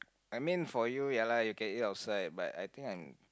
I mean for you ya lah you can eat outside but I think I'm